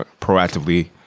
proactively